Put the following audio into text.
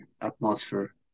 atmosphere